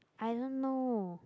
I don't know